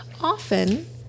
often